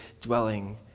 dwelling